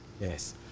Yes